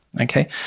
Okay